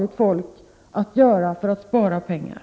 1988/89:26 att göra för att spara pengar?